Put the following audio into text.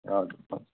हजुर हजुर